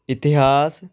ਇਤਿਹਾਸ